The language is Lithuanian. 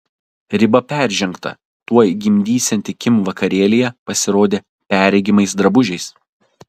riba peržengta tuoj gimdysianti kim vakarėlyje pasirodė perregimais drabužiais